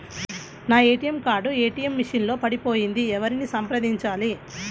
నా ATM card ATM machine లో పడిపోయింది ఎవరిని సంప్రదించాలి?